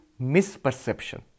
misperception